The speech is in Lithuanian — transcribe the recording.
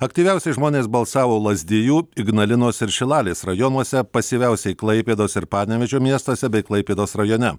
aktyviausiai žmonės balsavo lazdijų ignalinos ir šilalės rajonuose pasyviausiai klaipėdos ir panevėžio miestuose bei klaipėdos rajone